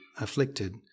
afflicted